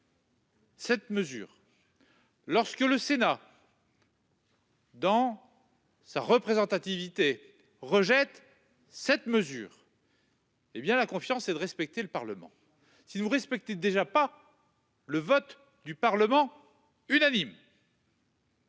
Cette mesure. Lorsque le Sénat. Sa représentativité. Rejettent cette mesure.-- Eh bien la confiance et de respecter le Parlement si vous respectez déjà pas. Le vote du Parlement unanime.